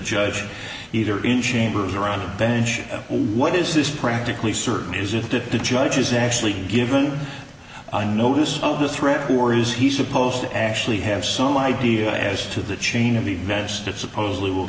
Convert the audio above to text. judge either in chambers around the bench what is this practically certain is if the judge is actually given notice of the threat or is he supposed to actually have some idea as to the chain of events that supposedly will